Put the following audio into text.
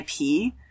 IP